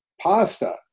pasta